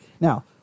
now